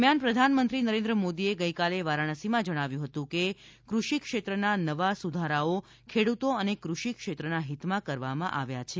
દરમિયાન પ્રધાનમંત્રી નરેન્દ્ર મોદીએ ગઈકાલે વારાણસીમાં જણાવ્યું હતું કે કૃષિ ક્ષેત્રના નવા સુધારાઓ ખેડૂતો અને કૃષિ ક્ષેત્રના હિતમાં કરવામાં આવ્યા છે